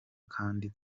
kandi